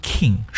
King